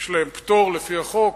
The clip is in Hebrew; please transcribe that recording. יש להם פטור לפי החוק